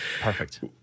perfect